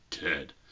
dead